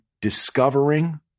discovering